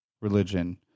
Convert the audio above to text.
religion